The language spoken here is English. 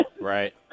Right